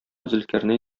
зөлкарнәй